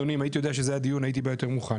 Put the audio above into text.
אדוני אם הייתי יודע שזה הדיון הייתי בא יותר מוכן,